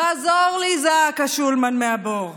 תעזור לי, זעק שולמן מהבור.